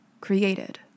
created